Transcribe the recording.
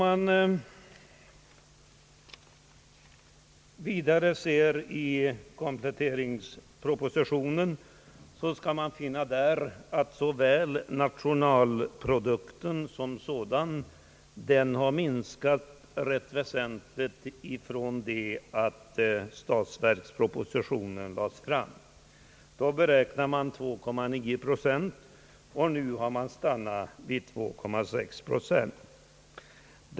Av kompletteringspropositionen finner man vidare att nationalprodukten har minskat rätt väsentligt sedan statsverkspropositionen lades fram. Då beräknades den till 2,9 procent, och nu har den stannat vid 2,6 procent.